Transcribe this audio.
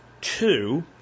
Two